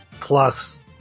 plus